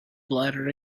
bladder